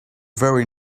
very